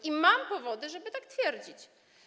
I mam powody, żeby tak twierdzić.